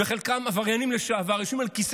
וחלקם עבריינים לשעבר שיושבים על כיסא